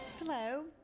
Hello